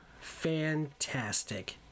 fantastic